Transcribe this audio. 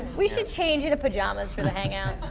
we should change into pajamas for the hangout.